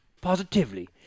positively